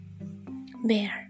Bear